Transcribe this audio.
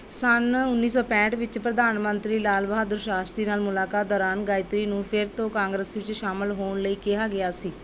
ਸੰਨ ਉੱਨੀ ਸੌ ਪੈਂਹਠ ਵਿੱਚ ਪ੍ਰਧਾਨ ਮੰਤਰੀ ਲਾਲ ਬਹਾਦੁਰ ਸ਼ਾਸਤਰੀ ਨਾਲ ਮੁਲਾਕਾਤ ਦੌਰਾਨ ਗਾਇਤਰੀ ਨੂੰ ਫਿਰ ਤੋਂ ਕਾਂਗਰਸ ਵਿੱਚ ਸ਼ਾਮਲ ਹੋਣ ਲਈ ਕਿਹਾ ਗਿਆ ਸੀ